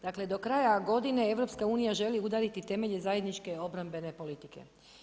Dakle, do kraja godine EU želi udariti temelje zajedničke obrambene politike.